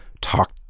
talk